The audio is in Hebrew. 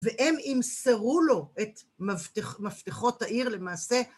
והם ימסרו לו את מפתחות העיר למעשה